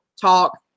talk